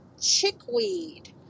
chickweed